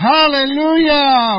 Hallelujah